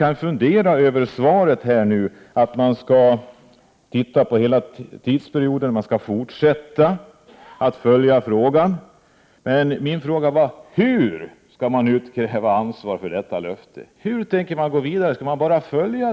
Jag funderar litet över statsrådets svar där det sägs att regeringen skall följa utvecklingen. Men jag undrar hur regeringen skall utkräva ansvar för detta löfte. Skall regeringen bara följa denna utveckling?